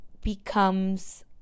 becomes